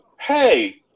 hey